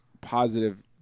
positive